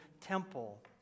temple